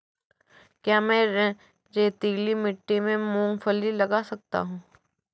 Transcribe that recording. क्या मैं रेतीली मिट्टी में मूँगफली लगा सकता हूँ?